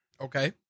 Okay